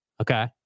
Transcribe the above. Okay